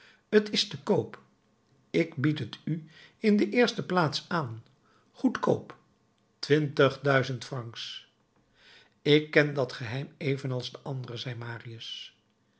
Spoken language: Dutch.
t is te koop ik bied het u in de eerste plaats aan goedkoop twintig duizend francs ik ken dat geheim evenals de andere zei marius